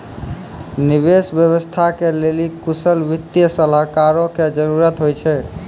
निवेश व्यवस्था के लेली कुशल वित्तीय सलाहकारो के जरुरत होय छै